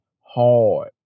hard